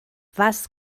was